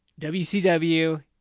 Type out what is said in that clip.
WCW